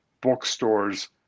bookstores